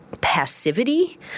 passivity